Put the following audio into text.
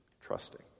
trusting